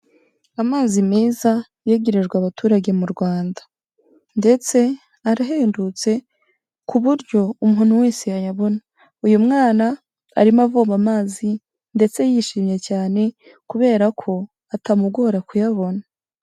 Amazi meza yegerejwe abaturage mu Rwanda ndetse arahendutse ku buryo umuntu wese yayabona, uyu mwana arimo avoma amazi ndetse yishimye cyane kubera ko atamugora kuyabona.